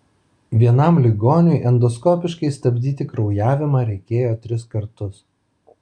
vienam ligoniui endoskopiškai stabdyti kraujavimą reikėjo tris kartus